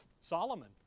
Solomon